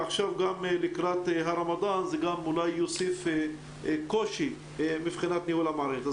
עכשיו לקראת הרמדאן זה גם יוסיף קושי מבחינת ניהול המערכת.